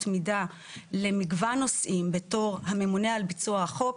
מידה למגוון נושאים בתור הממונה על ביצוע החוק,